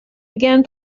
began